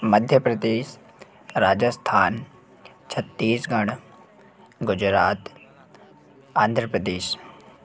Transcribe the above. Madhya Pradesh Rajasthan Chhattisgarh Gujarat Andhra Pradesh